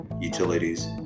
utilities